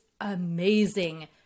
amazing